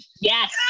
Yes